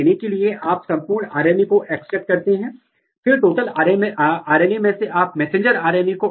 यदि ये प्रोटीन परस्पर इंटरेक्ट कर रहे हैं तो वे दोनों डोमेन को एक साथ लाएंगे